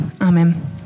amen